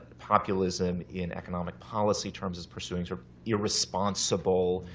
populism in economic policy terms as pursuing so irresponsible,